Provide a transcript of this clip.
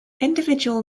individual